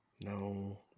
No